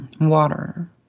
water